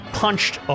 punched